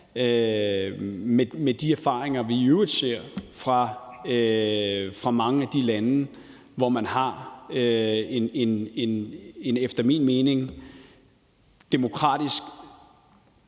af de erfaringer, vi i øvrigt ser fra mange af de lande, hvor man har en efter min mening demokratisk,